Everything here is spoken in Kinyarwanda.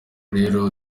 rero